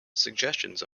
suggestions